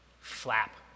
flap